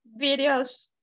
videos